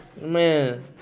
Man